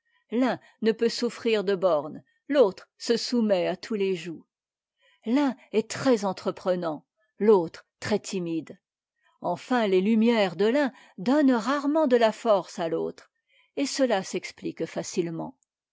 l'un ne peut souffrir de bornes l'autre se soumet à tous les jougs l'un est très entreprenant l'autre très timide enfin les lumières de l'un donnent rarement de la force à l'autre et cela s'explique facilement